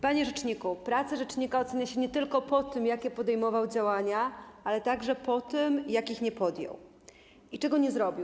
Panie rzeczniku, pracę rzecznika ocenia się nie tylko po tym, jakie podejmował działania, ale także po tym, jakich nie podjął i czego nie zrobił.